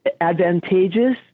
advantageous